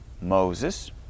Moses